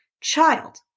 Child